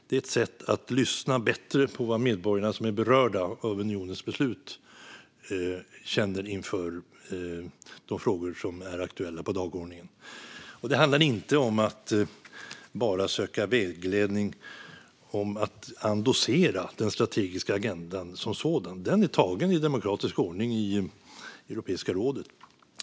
Det är ett sätt att lyssna bättre på vad de medborgare som är berörda av unionens beslut känner inför de frågor som är aktuella på dagordningen. Det handlar inte om att bara söka vägledning om att endossera den strategiska agendan som sådan. Den är tagen i demokratisk ordning i Europeiska rådet.